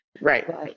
Right